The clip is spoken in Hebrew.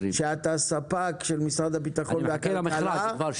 שאתה ספק של משרד הבטחון ומשרד הכלכלה,